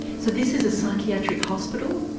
so this is a psychiatric hospital?